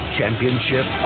Championship